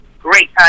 great